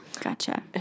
gotcha